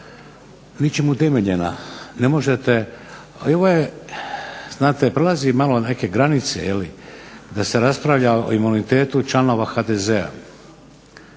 ali ovo je znate prelazi malo neke granice jel', da se raspravlja o imunitetu članova HDZ-a